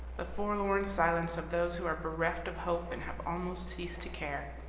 the forlorn silence of those who are bereft of hope and have almost ceased to care.